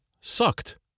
sucked